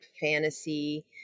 fantasy